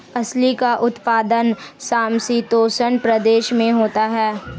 अलसी का उत्पादन समशीतोष्ण प्रदेश में होता है